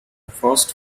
first